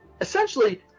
essentially